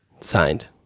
Signed